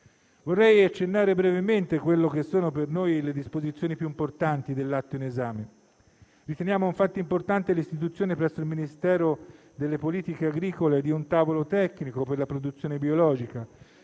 Vorrei accennare brevemente a quelle che sono per noi le disposizioni più importanti dell'atto in esame. Riteniamo importante l'istituzione, presso il Ministero delle politiche agricole, di un tavolo tecnico per la produzione biologica,